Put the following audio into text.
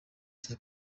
cya